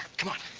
come on,